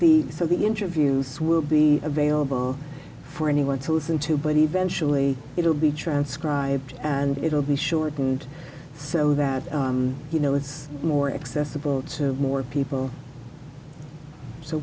be so the interviews will be available for anyone to listen to but eventually it will be transcribed and it will be shortened so that you know it's more accessible to more people so